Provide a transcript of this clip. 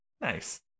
nice